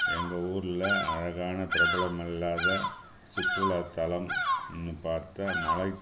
எங்கள் ஊரில் அழகான பிரபலமில்லாத சுற்றுலா தளம் இன்றும் பார்த்த மலை